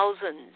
thousands